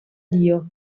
dio